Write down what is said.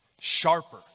sharper